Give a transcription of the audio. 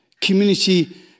Community